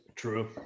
True